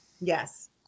Yes